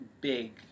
big